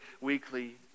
weekly